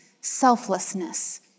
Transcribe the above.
selflessness